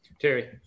Terry